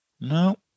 No